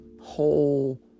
whole